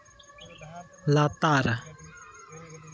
ᱞᱟᱛᱟᱨ